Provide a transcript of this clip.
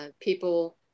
people